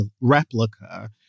replica